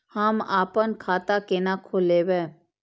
हम आपन खाता केना खोलेबे?